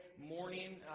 morning